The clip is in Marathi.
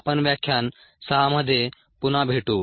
आपण व्याख्यान 6 मध्ये पुन्हा भेटू